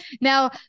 Now